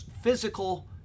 physical